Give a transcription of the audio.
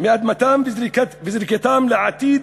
מאדמתם וזריקתם לעתיד